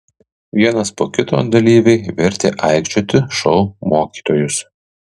vienas po kito dalyviai vertė aikčioti šou mokytojus